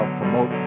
promote